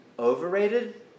Overrated